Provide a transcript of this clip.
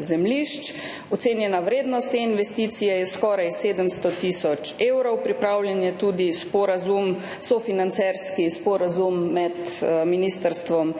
zemljišč, ocenjena vrednost te investicije je skoraj 700 tisoč evrov, pripravljen je tudi sofinancerski sporazum med ministrstvom